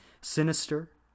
Sinister